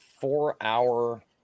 four-hour